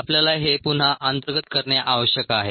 आपल्याला हे पुन्हा अंतर्गत करणे आवश्यक आहे